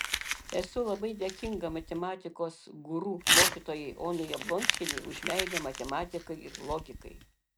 esu labai dėkinga matematikos guru mokytojai onai jablonskienei už meilę matematikai ir logikai